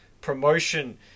promotion